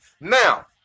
Now